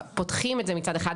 פותחים את זה מצד אחד,